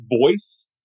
voice